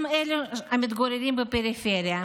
גם לאלה המתגוררים בפריפריה,